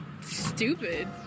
stupid